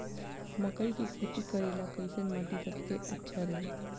मकई के खेती करेला कैसन माटी सबसे अच्छा रही?